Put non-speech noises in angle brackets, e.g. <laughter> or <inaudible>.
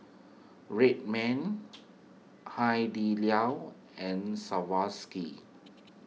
Red Man Hai Di Lao and <unintelligible>